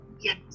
Yes